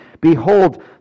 Behold